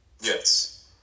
Yes